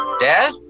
Dad